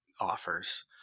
offers